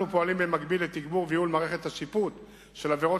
אנחנו פועלים במקביל לתגבור וייעול מערכת השיפוט של עבירות